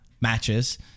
matches